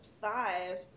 five